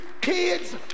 kids